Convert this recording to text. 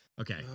okay